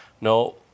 No